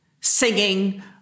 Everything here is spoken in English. singing